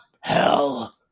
Hell